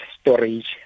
storage